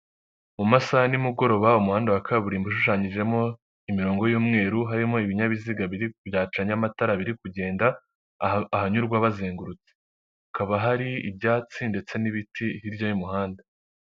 Mu masaha ya ni mugoroba umuhanda wa kaburimbo ushushanyijemo imirongo y'umweru, harimo ibinyabiziga byacanye amatara biri kugenda ahanyurwa bazengurutse. Hakaba hari ibyatsi ndetse n'ibiti hirya y'umuhanda.